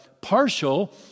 partial